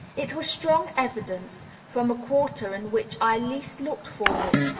it was strong evidence, from a quarter in which i least looked for it,